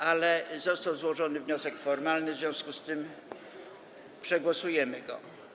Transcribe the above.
Ale został złożony wniosek formalny, w związku z tym przegłosujemy go.